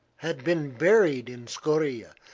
had been buried in scoria,